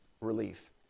relief